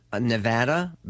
Nevada